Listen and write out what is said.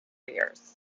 years